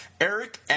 eric